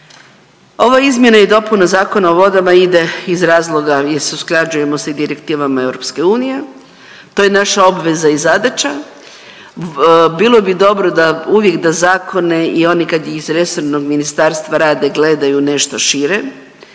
ova izmjena i dopuna Zakona o vodama ide iz razloga jel se usklađujemo sa direktivama EU, to je naša obveza i zadaća, bilo bi dobro da uvijek da zakone i oni kad ih iz resornog ministarstva rade gledaju nešto šire,